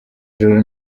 joro